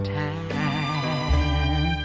time